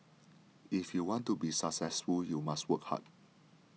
if you want to be successful you must work hard